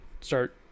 start